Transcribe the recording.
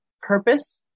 purpose